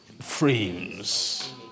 frames